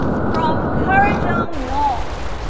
from kurrajong north,